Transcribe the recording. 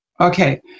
Okay